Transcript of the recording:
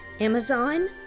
Amazon